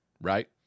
right